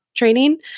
training